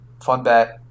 FunBet